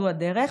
זו הדרך.